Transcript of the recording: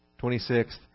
26th